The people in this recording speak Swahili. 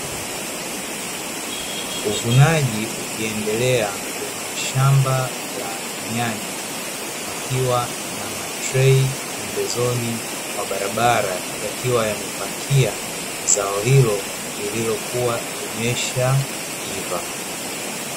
Uvunaji ukiendelea kwenye shamba la nyanya, wakiwa na matrei pembezoni mwa barabara yakiwa yamepakia zao hilo lililokua limeshaiva.